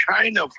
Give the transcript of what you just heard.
China